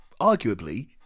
Arguably